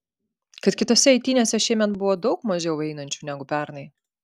kad kitose eitynėse šiemet buvo daug mažiau einančių negu pernai